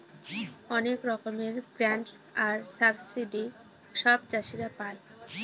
অনেক রকমের গ্রান্টস আর সাবসিডি সব চাষীরা পাই